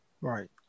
Right